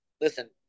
listen